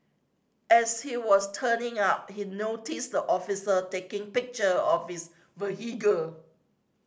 as he was turning out he noticed the officer taking picture of his vehicle